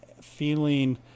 feeling